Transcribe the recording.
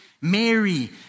Mary